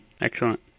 Excellent